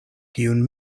kiun